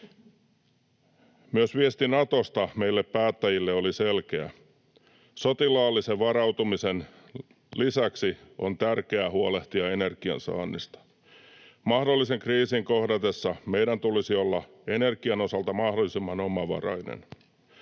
Myös viesti Natosta meille päättäjille oli selkeä: Sotilaallisen varautumisen lisäksi on tärkeää huolehtia energiansaannista. Mahdollisen kriisin kohdatessa meidän tulisi olla energian osalta mahdollisimman omavaraisia.